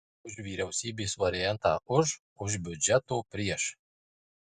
už vyriausybės variantą už už biudžeto prieš